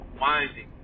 winding